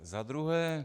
Za druhé.